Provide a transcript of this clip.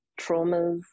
traumas